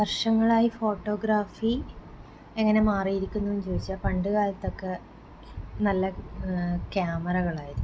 വർഷങ്ങളായി ഫോട്ടോഗ്രാഫി എങ്ങനെ മാറിയിരിക്കുന്നു എന്ന് ചോദിച്ചാൽ പണ്ടുകാലത്തൊക്കെ നല്ല ക്യാമറകളായിരുന്നു